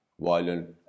violent